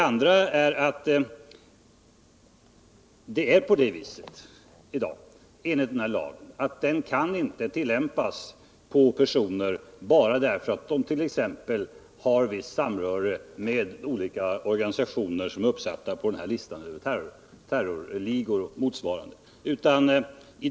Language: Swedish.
För det andra kan de bestämmelserna i dag inte tillämpas på personer bara därför att de t.ex. har anslutning till organisationer som är uppsatta på listan över terrorligor och motsvarande.